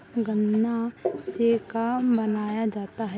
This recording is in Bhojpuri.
गान्ना से का बनाया जाता है?